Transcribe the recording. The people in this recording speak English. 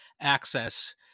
access